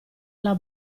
alla